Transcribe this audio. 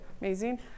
amazing